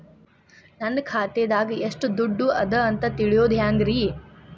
ನನ್ನ ಖಾತೆದಾಗ ಎಷ್ಟ ದುಡ್ಡು ಅದ ಅಂತ ತಿಳಿಯೋದು ಹ್ಯಾಂಗ್ರಿ?